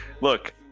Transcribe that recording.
Look